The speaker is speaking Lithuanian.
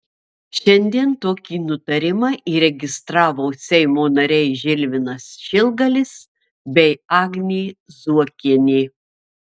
šiandien tokį nutarimą įregistravo seimo nariai žilvinas šilgalis bei agnė zuokienė